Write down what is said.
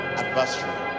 adversary